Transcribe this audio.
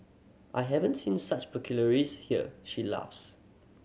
I haven't seen such here she laughs